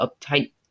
uptight